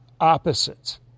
opposites